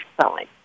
selling